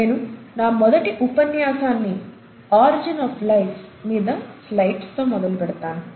నేను నా మొదటి ఉపన్యాసాన్ని ఆరిజిన్ ఆఫ్ లైఫ్ మీద స్లైడ్స్ తో మొదలుపెడతాను